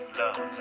love